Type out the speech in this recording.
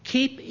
Keep